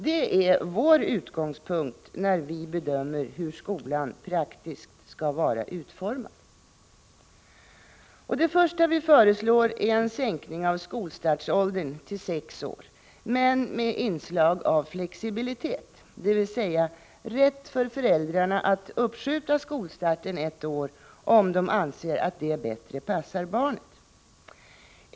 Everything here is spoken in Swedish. Detta är vår utgångspunkt då vi bedömer hur skolan praktiskt skall vara utformad. Det första vi föreslår är en sänkning av skolstartsåldern till sex år, men med inslag av flexibilitet, dvs. rätt för föräldrarna att uppskjuta skolstarten ett år om de anser att det bättre passar barnet.